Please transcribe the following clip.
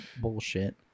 bullshit